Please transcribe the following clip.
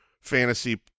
fantasy